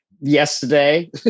yesterday